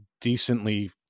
decently